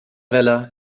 vella